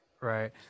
right